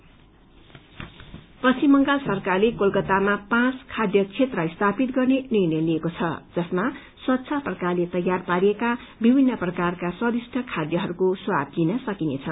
प्रन्ड जोन पश्चिम बंगाल सरकारले कोलकतामा पाँच खाय क्षेत्र स्थापित गर्ने निर्णय लिएको छ जसमा स्वच्छ प्रकारले तयार पारिएका विभिन्न प्रकारका स्वारिष्ट खायहरूको स्वाद लिन सकिनेछ